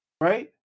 right